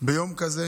ביום כזה.